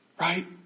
Right